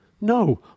no